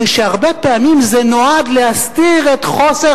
כשהרבה פעמים זה נועד להסתיר את חוסר